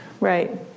Right